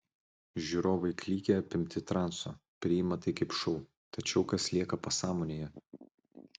žiūrovai klykia apimti transo priima tai kaip šou tačiau kas lieka pasąmonėje